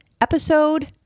episode